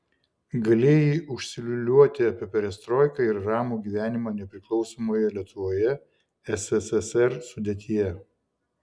galėjai užsiliūliuoti apie perestroiką ir ramų gyvenimą nepriklausomoje lietuvoje sssr sudėtyje